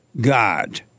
God